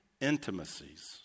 intimacies